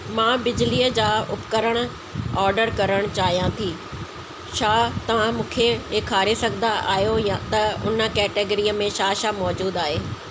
मां बिजलीअ जा उपकरण ऑडर करणु चाहियां थी छा तव्हां मूंखे ॾेखारे सघंदा आहियो त उन कैटेगरीअ में छा छा मौजूदु आहे